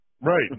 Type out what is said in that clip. Right